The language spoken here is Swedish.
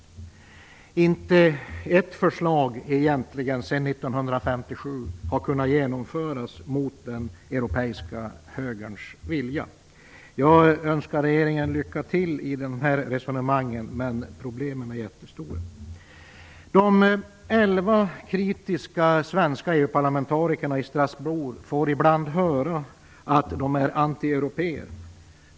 Egentligen har inte ett enda förslag sedan 1957 kunnat genomföras mot den europeiska högerns vilja. Jag önskar regeringen lycka till i de här resonemangen, men problemen är jättestora. Strasbourg får ibland höra att de är anti-européer.